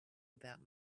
about